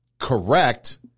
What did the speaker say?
correct